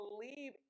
believe